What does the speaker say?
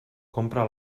compra